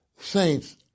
Saints